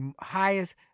highest